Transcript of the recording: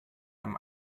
einem